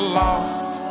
lost